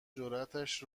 جراتش